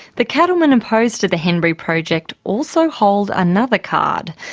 the cattlemen opposed to the henbury project also hold another card.